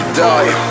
die